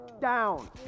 down